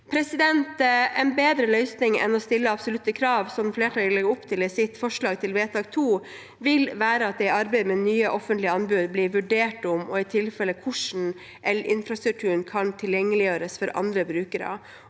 nærmere. En bedre løsning enn å stille absolutte krav, som et komitéflertall legger opp til i sitt forslag til vedtak II, vil være at det i arbeidet med nye offentlige anbud blir vurdert om, og i tilfelle hvordan, elinfrastrukturen kan tilgjengeliggjøres for andre brukere,